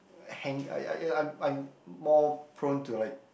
I hang I I I'm I'm more prone to like